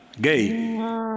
Gay